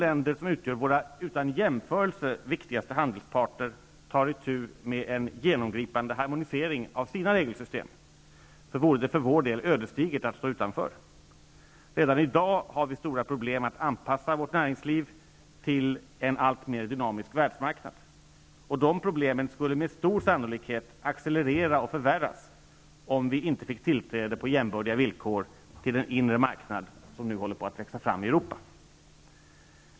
När de länder som utgör våra utan jämförelse viktigaste handelspartner tar itu med en genomgripande harmonisering av sina regelsystem vore det för vår del ödesdigert att stå utanför. Redan i dag har vi stora problem att anpassa vårt näringsliv till en alltmer dynamisk världsmarknad. De problemen skulle med stor sannolikhet accelerera och förvärras om vi inte fick tillträde på jämbördiga villkor till den inre marknad som nu håller på att växa fram i Europa.